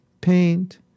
paint